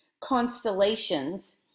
constellations